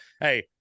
hey